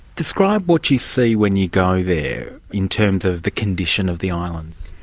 describe what you see when you go there in terms of the condition of the islands.